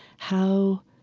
how